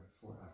forever